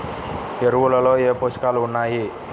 ఎరువులలో ఏ పోషకాలు ఉన్నాయి?